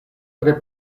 tre